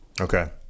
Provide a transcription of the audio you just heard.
Okay